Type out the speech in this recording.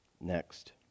next